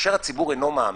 כאשר הציבור אינו מאמין,